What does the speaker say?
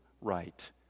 right